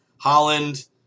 Holland